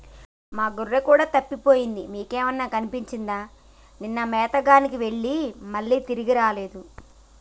మా గొర్రె కూడా తప్పిపోయింది మీకేమైనా కనిపించిందా నిన్న మేతగాని వెళ్లి మళ్లీ రాలేదు